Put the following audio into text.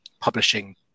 publishing